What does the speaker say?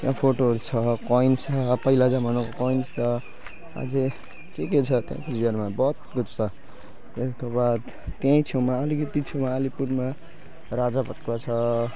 त्यहाँ फोटोहरू छ कोइन्स छ पहिला जमानाको कोइन्स छ अझै के के छ त्यहाँ कुचबिहारमा बहुत कुछ छ त्यसको बाद त्यहीँ छेउमा अलिकति छेउमा अलिपुरमा राजाभात खावा छ